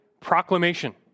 proclamation